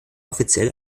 offiziell